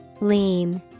Lean